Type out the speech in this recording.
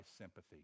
sympathy